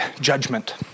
judgment